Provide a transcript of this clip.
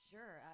Sure